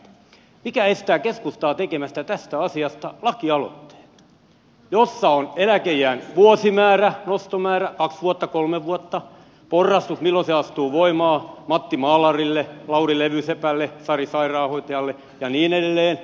mikä estää keskustaa tekemästä tästä asiasta lakialoitteen jossa on eläkeiän vuosimäärä nostomäärä kaksi vuotta kolme vuotta porrastus milloin se astuu voimaan matti maalarille lauri levysepälle sari sairaanhoitajalle ja niin edelleen